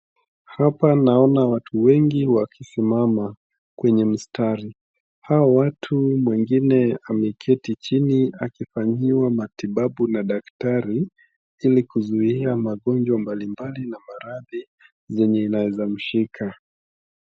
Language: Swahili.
Hapa naona watu wengi wakisimama kwenye mstari. Hao watu mwengine ameketi chini akifanyiwa matibabu na daktari ili kuzuia magonjwa mbalimbali na maradhi zenye inaezamshika.